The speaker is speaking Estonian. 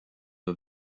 pea